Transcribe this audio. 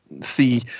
see